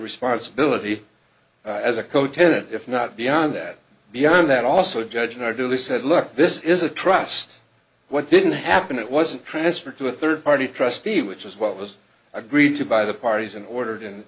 responsibility as a co tenant if not beyond that beyond that also judge and i duly said look this is a trust what didn't happen it wasn't transferred to a third party trustee which is what was agreed to by the parties and ordered